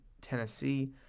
Tennessee